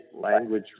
language